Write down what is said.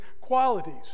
qualities